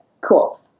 Cool